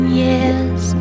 years